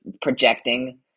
projecting